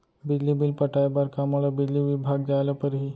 बिजली बिल पटाय बर का मोला बिजली विभाग जाय ल परही?